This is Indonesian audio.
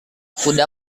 kuda